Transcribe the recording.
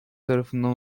tarafından